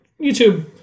YouTube